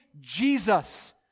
Jesus